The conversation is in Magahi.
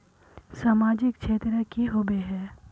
सामाजिक क्षेत्र की होबे है?